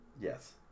Yes